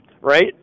Right